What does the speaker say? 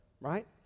right